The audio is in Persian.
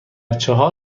چهار